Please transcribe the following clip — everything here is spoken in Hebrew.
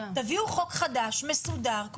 תביאו חוק חדש, מסודר.